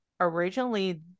Originally